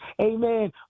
amen